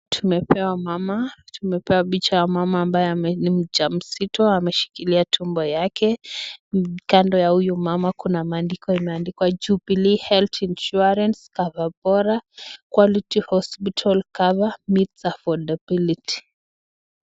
Tumepewa mama tumepewa picha ya mama ambaye ni mja mzito ameshikiliatumbo yake kando ya huyo mama kuna maandiko imeandikwa jubilee health insurance cover bora quality hospital cover meets affordability